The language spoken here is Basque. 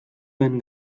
den